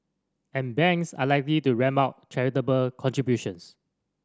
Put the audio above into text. and banks are likely to ramp up charitable contributions